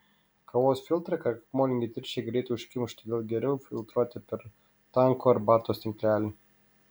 kavos filtrą krakmolingi tirščiai greitai užkimš todėl geriau filtruoti per tankų arbatos tinklelį